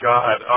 God